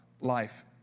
life